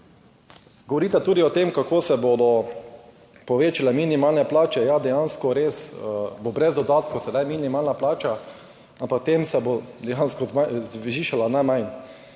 Govorite tudi o tem, kako se bodo povečale minimalne plače, ja, dejansko, res bo brez dodatkov sedaj minimalna plača, ampak tem se bo dejansko zvišala najmanj.